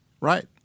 Right